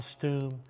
costume